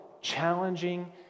challenging